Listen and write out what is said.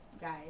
guys